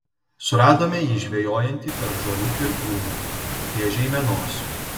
suradome jį žvejojantį tarp žolių ir krūmų prie žeimenos